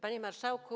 Panie Marszałku!